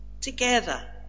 together